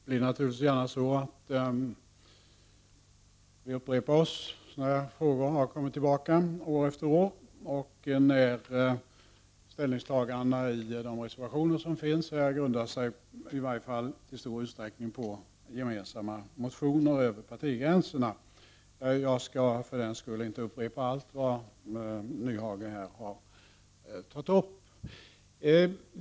Herr talman! Det blir naturligtvis gärna så att vi upprepar oss. Denna fråga har återkommit år efter år. Ställningstagandena och reservationerna grundar sig i stor utsträckning på gemensamma motioner över partigränserna. Jag skall för den skull inte upprepa allt vad Hans Nyhage har tagit upp.